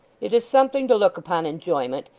it is something to look upon enjoyment,